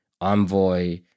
Envoy